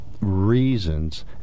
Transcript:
reasons